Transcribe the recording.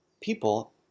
people